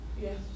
Yes